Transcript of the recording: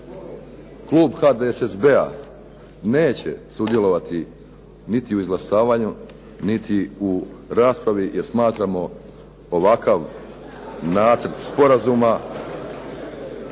klub HDSSB-a neće sudjelovati niti u izglasavanju niti u raspravi jer smatramo ovakav nacrt sporazuma